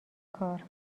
کار